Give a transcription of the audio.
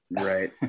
Right